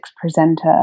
presenter